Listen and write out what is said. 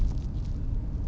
itu cik siti ah